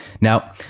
Now